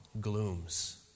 glooms